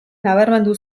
nabarmendu